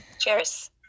Cheers